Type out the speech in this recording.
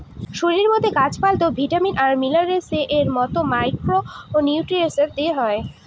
শরীরের মতো গাছ পালতেও ভিটামিন আর মিনারেলস এর মতো মাইক্র নিউট্রিয়েন্টস দিতে হয়